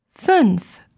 fünf